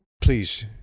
Please